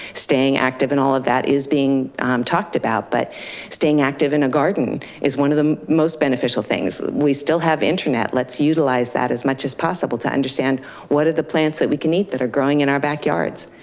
staying active and all of that is being talked about. but staying active in a garden is one of the most beneficial things. we still have internet, let's utilize that as much as possible to understand what are the plants that we can eat that are growing in our backyards.